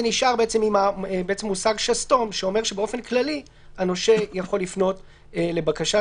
זה נשאר עם מושג "שסתום" שאומר שבאופן כללי הנושה יכול לפנות לבקשת